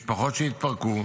משפחות שהתפרקו,